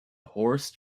horse